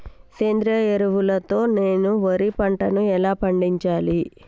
సేంద్రీయ ఎరువుల తో నేను వరి పంటను ఎలా పండించాలి?